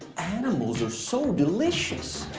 animals are so delicious.